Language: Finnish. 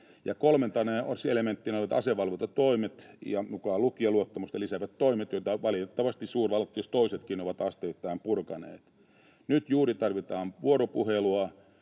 Kolmantena elementtinä olivat asevalvontatoimet, mukaan lukien luottamusta lisäävät toimet, joita valitettavasti suurvallat jos toisetkin ovat asteittain purkaneet. Nyt juuri tarvitaan vuoropuhelua,